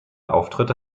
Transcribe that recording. auftritte